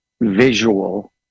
visual